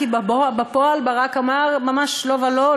כי בפועל ברק אמר: ממש לא ולא,